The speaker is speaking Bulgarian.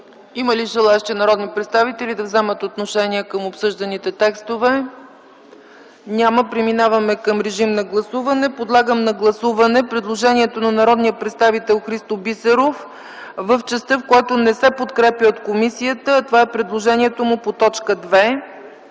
Има ли желаещи народни представители да вземат отношение по обсъжданите текстове? Няма. Преминаваме към гласуване. Подлагам на гласуване предложението на народния представител Христо Бисеров в частта, която не се подкрепя от комисията. Това е предложението му по т. 2.